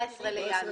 14 לינואר.